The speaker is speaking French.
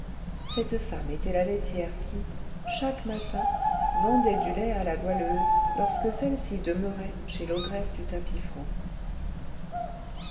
cette femme était la laitière qui chaque matin vendait du lait à la goualeuse lorsque celle-ci demeurait chez l'ogresse du